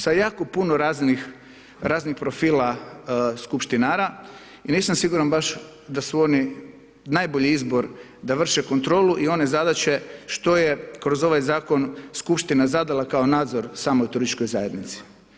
Sa jako puno raznih profila skupštinara i nisam siguran baš da su oni najbolji izbor da vrše kontrolu i one zadaće što je kroz ovaj zakon skupština zadala kao nadzor samoj turističkoj zajednici.